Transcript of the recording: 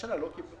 השנה לא קיבלו.